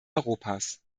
europas